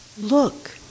Look